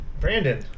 Brandon